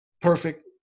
perfect